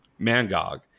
Mangog